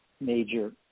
major